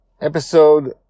episode